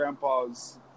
Grandpa's